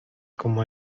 como